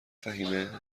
فهیمه